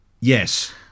Yes